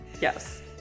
yes